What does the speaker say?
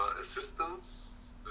assistance